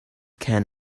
can